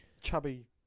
chubby